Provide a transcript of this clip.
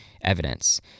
evidence